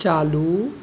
चालू